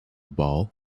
ball